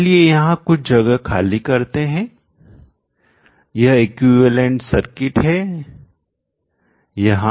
चलिए यहां कुछ जगह खाली करते हैं यह इक्विवेलेंट समतुल्य सर्किट है यहां